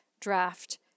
draft